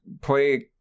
play